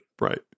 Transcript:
Right